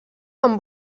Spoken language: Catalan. amb